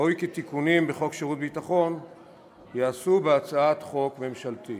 ראוי כי תיקונים בחוק שירות ביטחון ייעשו בהצעת חוק ממשלתית.